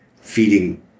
feeding